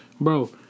Bro